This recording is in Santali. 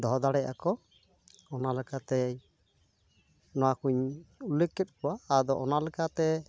ᱫᱚᱦᱚ ᱫᱟᱲᱮᱜ ᱟᱠᱚ ᱚᱱᱟᱞᱮᱠᱟᱛᱮ ᱱᱚᱣᱟ ᱠᱚᱧ ᱩᱞᱞᱮᱠᱷ ᱠᱮᱫ ᱠᱚᱣᱟ ᱟᱫᱚ ᱚᱱᱟ ᱞᱮᱠᱟᱛᱮ